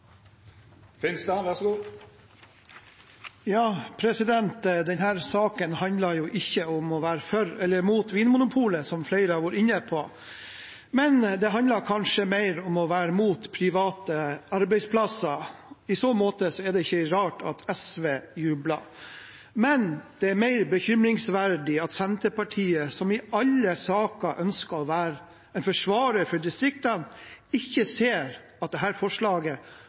arbeidsplasser. I så måte er det ikke rart at SV jubler. Det er mer bekymringsfullt at Senterpartiet, som i alle saker ønsker å være en forsvarer av distriktene, ikke ser at dette forslaget aller mest truer flyplasser og arbeidsplasser i nettopp Distrikts-Norge. I forslaget fra Senterpartiet forutsettes det